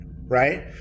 Right